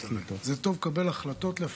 מפקדי ומפקדות צה"ל,